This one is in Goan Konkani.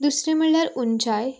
दुसरे म्हळ्यार उंचाय